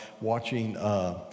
watching